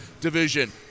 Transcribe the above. division